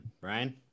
Brian